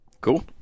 Cool